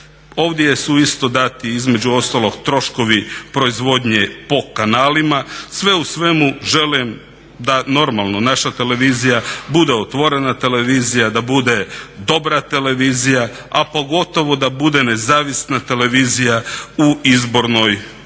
Ovdje su isto dati između ostalog troškovi proizvodnje po kanalima. Sve u svemu želim da normalno naša televizija bude otvorena televizija, da bude dobra televizija a pogotovo da bude nezavisna televizija u izbornoj